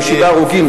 עם שבעה הרוגים,